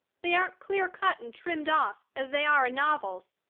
they aren't clear-cut and trimmed off, as they are in novels.